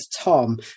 Tom